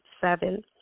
seven